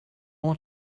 want